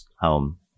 home